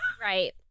Right